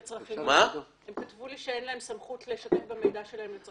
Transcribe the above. הם כתבו לי שאין להם סמכות לשתף במידע שלהם.